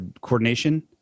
coordination